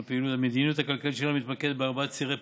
המדיניות הכלכלית שלנו מתמקדת בארבעה צירי פעולה: